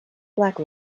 black